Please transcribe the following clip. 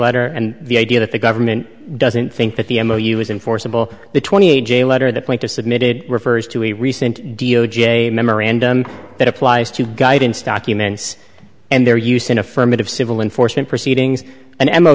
letter and the idea that the government doesn't think that the m o u is in forcible the twenty a j letter that point to submitted refers to a recent d o j memorandum that applies to guidance documents and their use in affirmative civil enforcement proceedings and m o